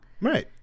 Right